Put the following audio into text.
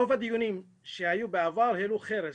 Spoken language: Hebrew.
רוב הדיונים שהיו בעבר העלו חרס,